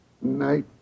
Night